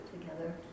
together